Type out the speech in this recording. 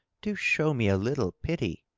do show me a little pity!